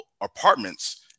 apartments